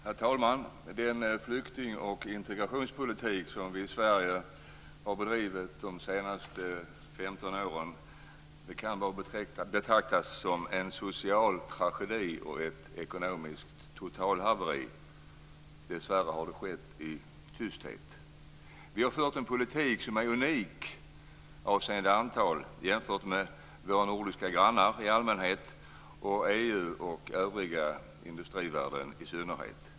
Herr talman! Den flykting och integrationspolitik som vi i Sverige har bedrivit under de senaste 15 åren kan bara betraktas som en social tragedi och ett ekonomiskt totalhaveri. Dessvärre har det skett i tysthet. Vi har fört en politik som är unik avseende antalet jämfört med våra nordiska grannländer i allmänhet och EU och övriga industrivärlden i synnerhet.